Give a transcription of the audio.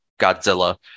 Godzilla